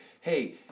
hey